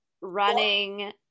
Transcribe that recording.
Running